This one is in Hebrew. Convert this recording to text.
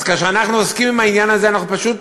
אז כאשר אנחנו עוסקים בעניין הזה אנחנו פשוט